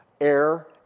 air